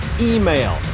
email